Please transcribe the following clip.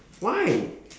why